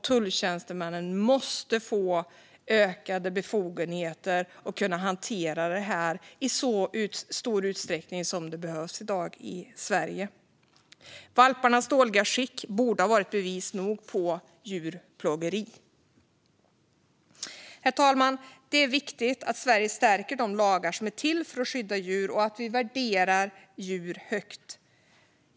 Tullen måste få ökade befogenheter för att kunna hantera det här i så stor utsträckning som behövs i Sverige i dag. Valparnas dåliga skick borde ha varit bevis nog för djurplågeri. Herr talman! Det är viktigt att Sverige stärker de lagar som är till för att skydda djur och att vi värderar djur högt.